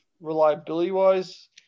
reliability-wise